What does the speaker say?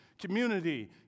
community